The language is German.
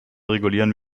regulieren